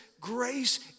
grace